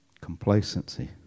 Complacency